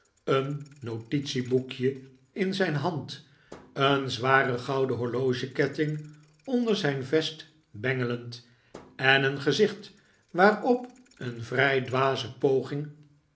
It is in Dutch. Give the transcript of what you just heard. een notitieboekje in zijn hand een zware gouden horlogeketting onder zijn vest bengelend en een gezicht waarop een vrij dwaze poging